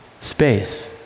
space